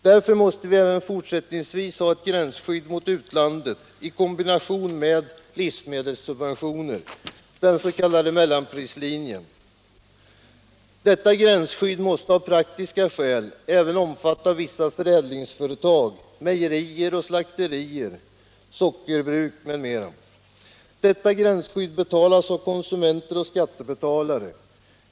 Därför måste vi även i fortsättningen ha ett gränsskydd mot utlandet i kombination med livsmedelssubventioner, den s.k. mellanprislinjen. Detta gränsskydd måste av praktiska skäl även omfatta vissa förädlingsföretag — mejerier, slakterier, sockerbruk m.m. Gränsskyddet betalas av konsumenter och skattebetalare.